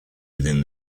within